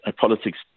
politics